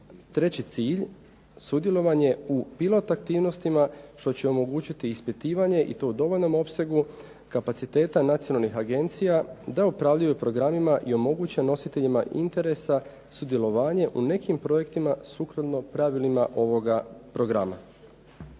treći cilj, sudjelovanje u pilot aktivnostima što će omogućiti ispitivanje i to u dovoljnom opsegu kapaciteta nacionalnih agencija da upravljaju programima i omoguće nositeljima interesa sudjelovanje u nekim projektima sukladno pravilima ovoga programa.